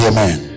Amen